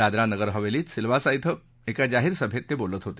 दादरा नगर हवेलीत सिल्वासा कं एका जाहीर ते बोलत होते